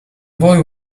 boy